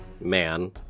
man